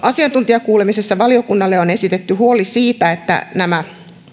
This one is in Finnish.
asiantuntijakuulemisessa valiokunnalle on esitetty huoli siitä että nämä